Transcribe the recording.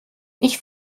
ich